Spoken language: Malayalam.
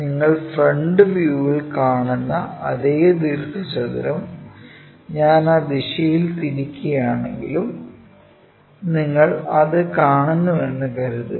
നിങ്ങൾ ഫ്രണ്ട് വ്യൂവിൽ കാണുന്ന അതേ ദീർഘചതുരം ഞാൻ ആ ദിശയിൽ തിരിക്കുകയാണെങ്കിലും നിങ്ങൾ ഇത് കാണുന്നുവെന്ന് കരുതുക